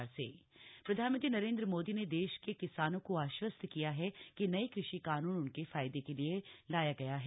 PM Kisan bill प्रधानमंत्री नरेंद्र मोदी ने देश के किसानों का आश्वस्त किया है कि नये कृषि कानून उनके फायदे के लिए लाया गया है